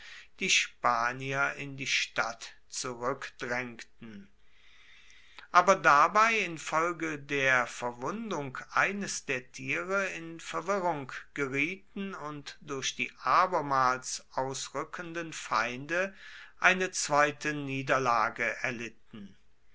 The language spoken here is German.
die spanier in die stadt zurückdrängten aber dabei infolge der verwundung eines der tiere in verwirrung gerieten und durch die abermals ausrückenden feinde eine zweite niederlage erlitten